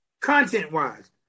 Content-wise